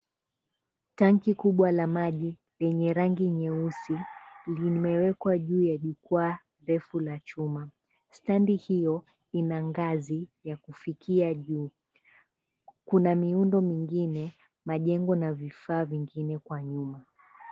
Tanki kubwa la maji lenye rangi nyeusi limewekwa juu ya jukwaa refu la chuma. Standi hiyo ina ngazi ya kufikia juu, kuna miundo mingine, majengo na vifaa vingine kwa nyuma.